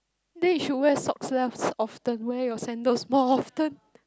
then you should wear socks less often wear your sandals more often